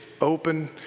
open